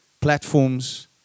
platforms